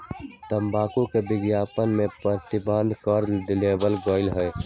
तंबाकू के विज्ञापन के प्रतिबंध कर देवल गयले है